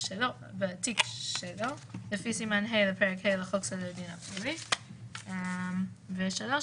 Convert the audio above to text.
ובבתי הסוהר -- שזה אולי יותר אובייקטיבי,